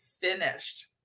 finished